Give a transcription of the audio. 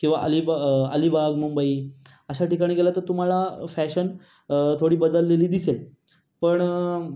किंवा अलीबा अलिबाग मुंबई अशा ठिकाणी गेलात तर तुम्हाला फॅशन थोडी बदललेली दिसेल पण